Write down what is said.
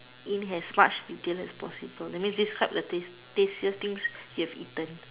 in as much detail as possible that means describe the taste tastiest things you have eaten